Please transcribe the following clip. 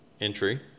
entry